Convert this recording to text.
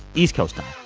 east coast time